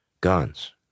guns